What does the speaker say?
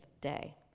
day